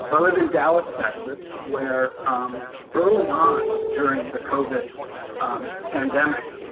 so i live in dallas texas where early on during the covid pandemic,